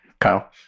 Kyle